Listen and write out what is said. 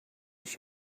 als